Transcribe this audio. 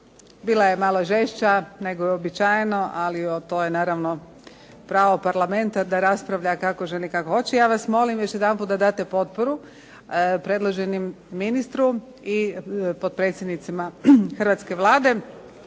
Bila je malo žešća nego je uobičajeno, ali to je naravno pravo Parlamenta da raspravlja kako želi i kako hoće. Ja vas molim još jedanput da date potporu predloženom ministru i potpredsjednicima hrvatske Vlade.